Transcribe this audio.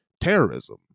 terrorism